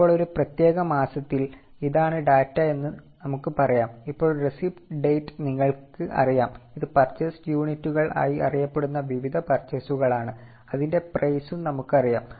ഇപ്പോൾ ഒരു പ്രത്യേക മാസത്തിൽ ഇതാണ് ഡാറ്റ എന്ന് നമുക്ക് പറയാം ഇപ്പോൾ രസീത് നമുക്ക് അറിയാം